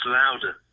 louder